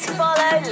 follow